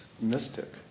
mystic